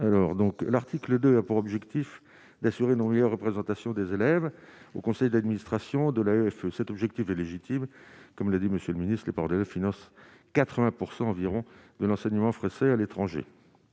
l'article 2 a pour objectif d'assurer non lieu représentation des élèves au conseil d'administration de l'cet objectif est légitime, comme l'a dit Monsieur le Ministre, les de la finance 80 % environ de l'enseignement français à l'étranger,